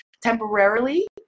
temporarily